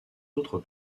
autres